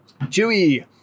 Chewy